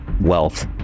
wealth